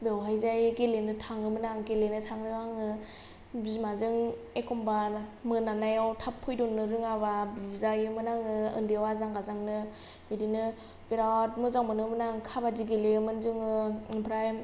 बेयावहाय जाय गेलेनो थाङोमोन आं गेलेनो थाङो आङो बिमाजों एखनबा मोनानायाव थाब फैदनो रोङाबा बुजायोमोन आङो उन्दैआव आजां गाजांनो बिदिनो मोजां मोनोमोन आं काबादि गेलेयोमोन जोङो ओमफ्राय